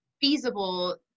feasible